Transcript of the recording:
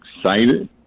excited